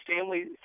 families